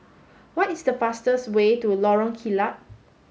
what is the fastest way to Lorong Kilat